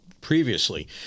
previously